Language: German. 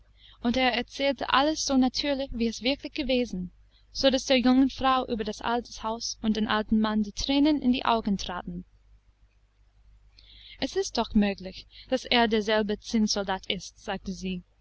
und er erzählte alles so natürlich wie es wirklich gewesen sodaß der jungen frau über das alte haus und den alten mann die thränen in die augen traten es ist doch möglich daß es derselbe zinnsoldat ist sagte sie